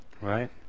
Right